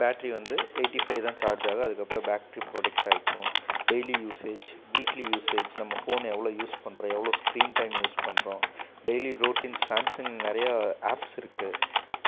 battery வந்து eighty five தான் charge ஆகும் அதுக்கப்பறம் பேட்ரி ப்ரொடெக்ட் ஆகிக்கும் டெய்லி யூஸேஜ் வீக்லி யூஸேஜ் நம்ம ஃபோன் எவ்வளோ யூஸ் பண்ணுறோம் எவ்வளோ ஸ்க்ரீன் டைம் யூஸ் பண்ணுறோம் டெய்லியும் ரோட்டீன்ஸ் சாம்சங் நிறையா ஆப்ஸ் இருக்குது